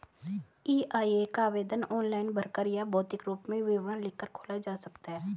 EIA का आवेदन online भरकर या भौतिक रूप में विवरण लिखकर खोला जा सकता है